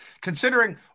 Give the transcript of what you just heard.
Considering